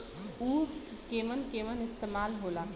उव केमन केमन इस्तेमाल हो ला?